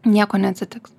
nieko neatsitiks